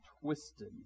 twisted